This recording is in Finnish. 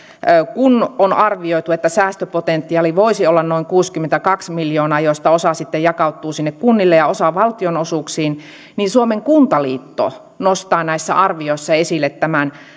kun on arvioitu että säästöpotentiaali voisi olla noin kuusikymmentäkaksi miljoonaa josta osa sitten jakautuu sinne kunnille ja osa valtionosuuksiin ja suomen kuntaliitto nostaa näissä arvioissa esille tämän